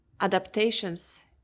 adaptations